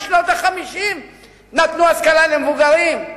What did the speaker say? בשנות ה-50 נתנו השכלה למבוגרים,